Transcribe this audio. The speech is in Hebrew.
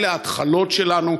אלה ההתחלות שלנו.